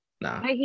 Nah